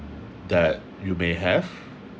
that you may have